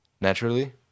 naturally